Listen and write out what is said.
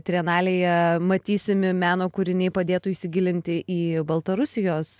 trienalėje matysimi meno kūriniai padėtų įsigilinti į baltarusijos